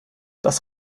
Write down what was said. das